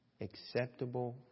acceptable